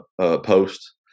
post